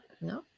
no